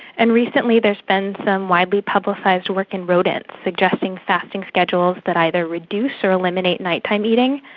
and recently there has been some widely publicised work in rodents suggesting fasting schedules that either reduce or eliminate night-time eating,